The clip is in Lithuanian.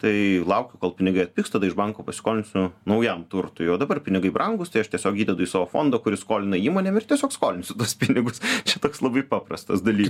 tai laukiu kol pinigai atpigs tada iš banko pasiskolinsiu naujam turtui o dabar pinigai brangūs tai aš tiesiog įdedu į savo fondą kuris skolina įmonėm ir tiesiog skolinsiu tuos pinigus čia toks labai paprastas dalykas